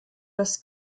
das